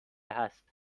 هست